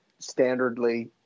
standardly –